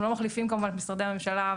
אנחנו לא מחליפים כמובן את משרדי הממשלה,